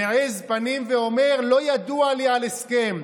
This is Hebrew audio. מעז פנים ואומר: לא ידוע לי על הסכם,